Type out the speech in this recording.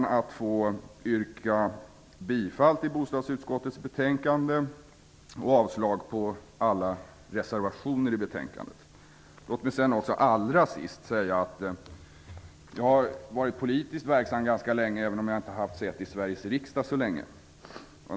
Jag ber att få yrka bifall till hemställan i bostadutskottets betänkande och avslag på alla reservationer till betänkandet. Låt mig sedan säga att jag har varit politiskt verksam ganska länge även om jag inte har haft säte i Sveriges riksdag så länge.